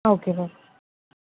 okay Babu